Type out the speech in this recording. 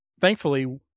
thankfully